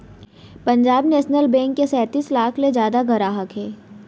Punjab national bank के सैतीस लाख ले जादा गराहक हे